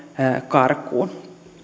karkuun